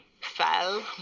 fell